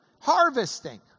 harvesting